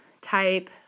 type